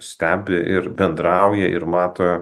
stebi ir bendrauja ir mato